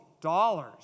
dollars